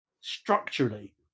structurally